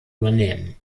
übernehmen